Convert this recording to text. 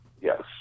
Yes